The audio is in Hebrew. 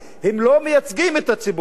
הם לא מייצגים את הציבור הערבי.